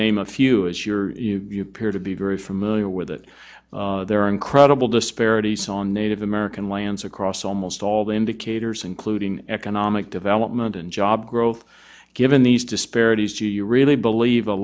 name a few as your peer to be very familiar with it there are incredible disparities on native american lands across almost all the indicators including economic development and job growth given these disparities do you really believe